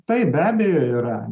taip be abejo yra